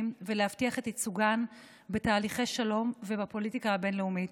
ולהבטיח את ייצוגן בתהליכי שלום ובפוליטיקה הבין-לאומית.